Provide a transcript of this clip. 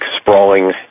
sprawling